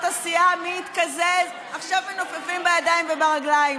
הסיעה להתקזז עכשיו מנופפים בידיים וברגליים.